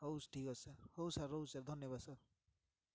ହଉ ଠିକ୍ ଅଛି ସାର୍ ହଉ ସାର୍ ହଉ ସାର୍ ଧନ୍ୟବାଦ ସାର୍